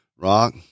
rock